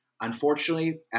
unfortunately